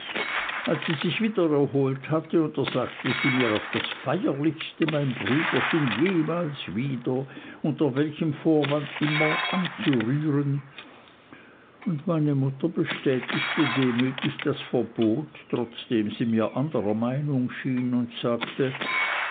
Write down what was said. als sie sich wieder erholt hatte untersagte sie mir auf das feierlichste mein brüderchen jemals wieder unter welchem vorwand immer anzurühren und meine mutter bestätigte demütig das verbot trotzdem sie mir anderer meinung schien und sagte